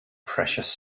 precious